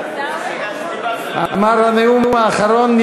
אמר: הנאום האחרון.